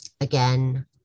Again